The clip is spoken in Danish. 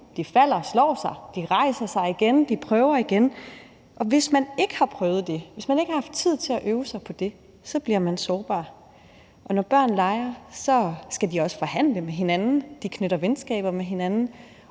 de falder og slår sig, de rejser sig igen, de prøver igen, og hvis man ikke har prøvet det, hvis man ikke har haft tid til at øve sig i det, bliver man sårbar. Når børn leger, skal de også forhandle med hinanden. De knytter venskaber med hinanden,